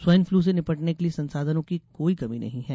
swine flu से निपटने के लिये संसाधनों की कोई कमी नहीं है